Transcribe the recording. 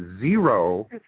Zero